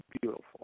beautiful